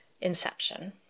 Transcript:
inception